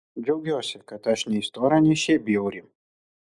džiaugiuosi kad aš nei stora nei šiaip bjauri